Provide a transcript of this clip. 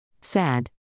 Sad